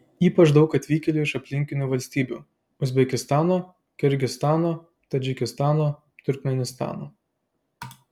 ypač daug atvykėlių iš aplinkinių valstybių uzbekistano kirgizstano tadžikistano turkmėnistano